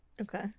Okay